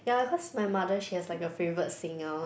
ya cause my mother she has like a favorite singer